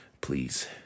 please